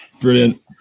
Brilliant